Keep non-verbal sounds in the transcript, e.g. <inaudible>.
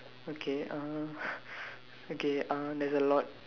okay uh <laughs> okay uh there's a lot